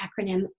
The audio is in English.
acronym